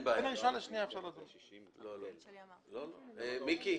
קודם כל,